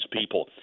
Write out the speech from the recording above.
people